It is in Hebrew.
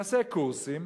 תעשה קורסים